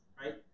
right